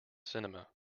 cinema